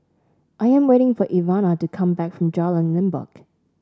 I am waiting for Ivana to come back from Jalan Limbok